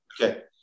Okay